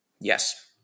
Yes